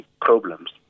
problems